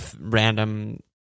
random